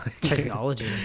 technology